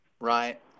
right